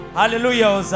hallelujah